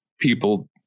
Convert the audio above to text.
people